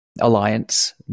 alliance